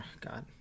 God